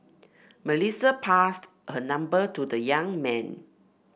Melissa passed her number to the young man